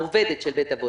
העובדת של בית האבות,